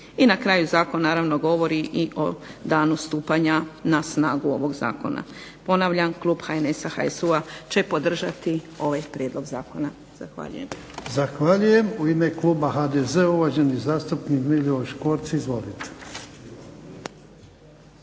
i na kraju Zakon govori o danu stupanja na snagu ovog Zakona. Ponavlja Klub HNS HSU-a će podržati ovaj prijedlog zakona. Zahvaljujem. **Jarnjak, Ivan (HDZ)** Zahvaljujem. U ime Kluba HDZ-a uvaženi zastupnik Milivoj Škvorc. Izvolite.